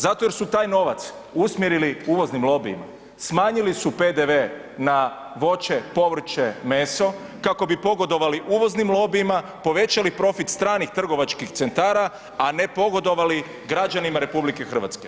Zato jer su taj novac usmjerili uvoznim lobijima, smanjili su PDV na voće, povrće, meso, kako bi pogodovali uvoznim lobijima, povećali profit stranih tragačkih centara, a ne pogodovali građanima RH.